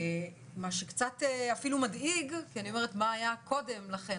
מה שמעט מדאיג, אני שואלת מה היה קודם לכן?